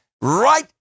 right